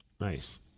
Nice